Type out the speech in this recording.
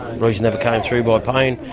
reeds never came through by paying.